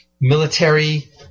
military